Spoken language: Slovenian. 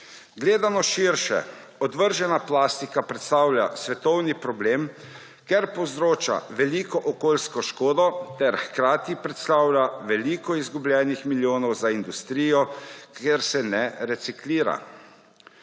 Gledano širše. Odvržena plastika predstavlja svetovni problem, ker povzroča veliko okoljsko škodo ter hkrati predstavlja veliko izgubljenih milijonov za industrijo, ker se ne reciklira.